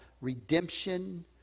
redemption